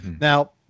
Now